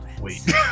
Wait